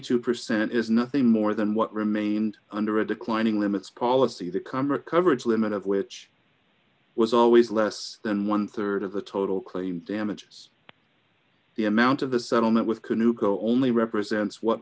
two percent is nothing more than what remained under a declining limits policy the camera coverage limit of which was always less than one rd of the total claim damages the amount of the settlement with canoe go only represents what